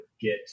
get